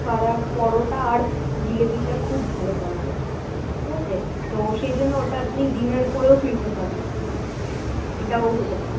পারা পরোটা আর জিলিপিটা খুব ভালো পাওয়া যায় ঠিক আছে তো সেই জন্য ওটা আপনি ডিনার করেও ফিরতে পারেন এটাও হতে পারে